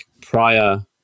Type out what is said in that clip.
prior